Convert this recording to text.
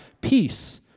peace